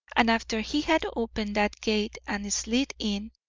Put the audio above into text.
and after he had opened that gate and slid in,